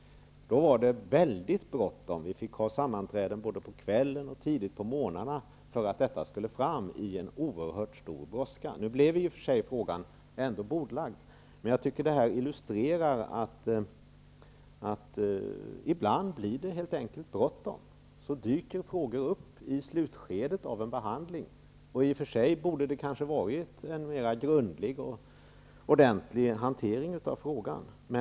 Då var det mycket bråttom. Vi fick ha sammanträden både på kvällen och tidigt på morgonen för att detta skulle fram med en oerhörd brådska. Nu blev i och för sig frågan bordlagd. Jag tycker dock att detta illustrerar att det ibland blir bråttom, när frågor dyker upp i slutskedet av behandlingen. I och för sig borde det ha varit en mera grundlig hantering av frågan.